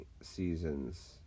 seasons